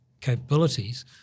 capabilities